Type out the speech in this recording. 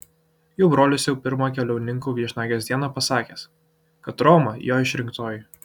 jų brolis jau pirmą keliauninkių viešnagės dieną pasakęs kad roma jo išrinktoji